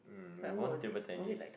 we won table tennis